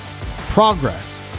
progress